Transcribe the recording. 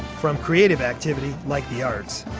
from creative activity like the arts.